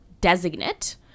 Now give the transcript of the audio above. designate